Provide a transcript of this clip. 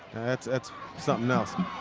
that's that's something else.